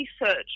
research